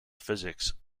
physics